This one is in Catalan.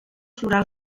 floral